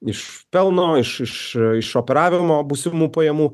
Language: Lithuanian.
iš pelno iš iš operavimo būsimų pajamų